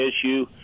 issue